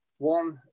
One